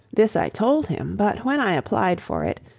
this i told him but when i applied for it,